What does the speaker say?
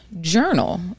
journal